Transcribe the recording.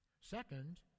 Second